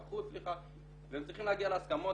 והם צריכים להגיע להסכמות.